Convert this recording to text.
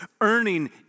Earning